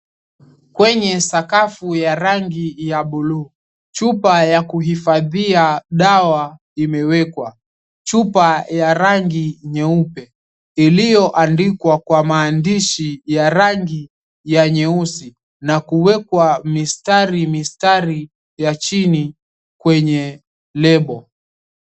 Kwenye sakafu ya rangi ya buluu, chupa ya kuhifadhia dawa imewekwa chupa ya rangi nyeupe iliyoandikwa kwa maandishi ya rangi ya nyeusi na kuwekwa mistari mistari ya chini kwenye lebo.